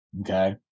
Okay